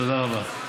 תודה רבה.